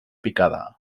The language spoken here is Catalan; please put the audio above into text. picada